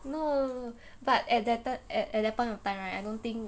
no but at that at at that point of time right I don't think